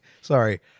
Sorry